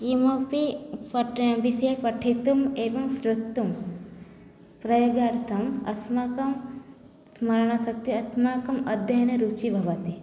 किमपि पठ विषये पठितुम् एवं श्रोतुं प्रयोगार्थम् अस्माकं स्मरणशक्तिः अस्माकम् अध्ययने रुचिः भवति